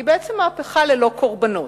היא בעצם מהפכה ללא קורבנות,